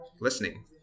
listening